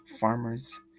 farmers